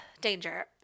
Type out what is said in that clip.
Danger